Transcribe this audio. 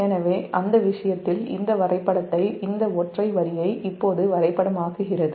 எனவே அந்த விஷயத்தில் இந்த வரைபடத்தைதின் ஒற்றை வரியை இப்போது வரைபடமாக்குகிறது